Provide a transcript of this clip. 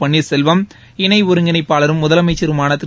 பன்னீர் செல்வம் இணை ஒருங்கிணைப்பாளரும் முதலமைச்சருமான திரு